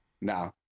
No